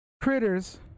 critters